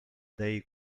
dei